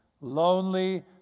lonely